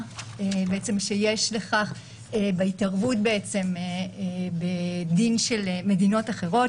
שיש לו בהתערבות בדין של מדינות אחרות.